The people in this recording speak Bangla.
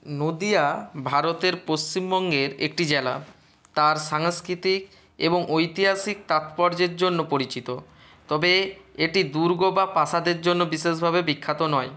নদীয়া ভারতের পশ্চিমবঙ্গের একটি জেলা তার সাংস্কৃতিক এবং ঐতিহাসিক তাৎপর্যের জন্য পরিচিত তবে এটি দুর্গ বা প্রাসাদের জন্য বিশেষভাবে বিখ্যাত নয়